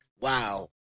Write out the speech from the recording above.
wow